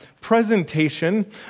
presentation